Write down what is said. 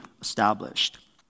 established